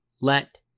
let